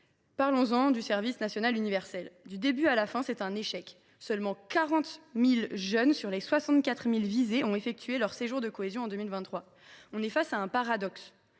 Parlons en, du service national universel ! Du début à la fin, c’est un échec : seulement 40 000 jeunes sur les 64 000 visés ont effectué leur séjour de cohésion en 2023. Nous sommes face à un paradoxe